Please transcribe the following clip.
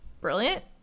brilliant